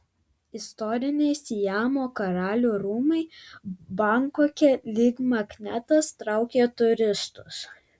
istoriniai siamo karalių rūmai bankoke lyg magnetas traukia turistus